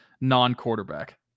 non-quarterback